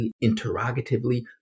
interrogatively